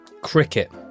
Cricket